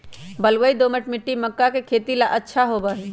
बलुई, दोमट मिट्टी मक्का के खेती ला अच्छा होबा हई